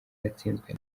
yatsinzwe